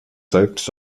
selbst